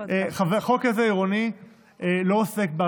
עירוני לא, חבר הכנסת.